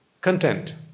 content